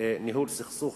ניהול סכסוך.